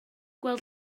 gweld